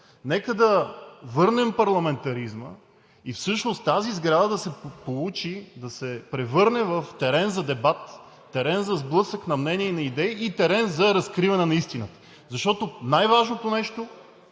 нека да върнем парламентаризма. Всъщност тази сграда да се превърне в терен за дебат, терен за сблъсък на мнения и на идеи и терен за разкриване на истината, защото най-важното нещо